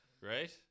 Right